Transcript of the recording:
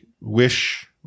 wish